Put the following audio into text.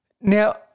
Now